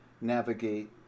navigate